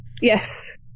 Yes